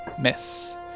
miss